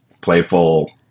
playful